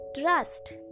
trust